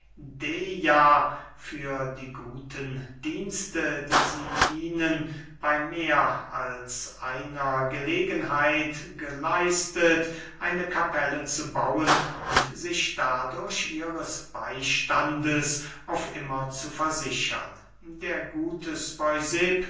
für die guten dienste die sie ihnen bey mehr als einer gelegenheit geleistet eine kapelle zu bauen und sich dadurch ihres beystandes auf immer zu versichern der gute